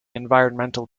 environmental